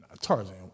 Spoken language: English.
Tarzan